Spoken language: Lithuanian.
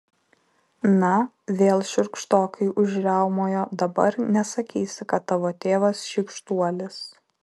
na vėl šiurkštokai užriaumojo dabar nesakysi kad tavo tėvas šykštuolis